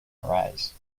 arise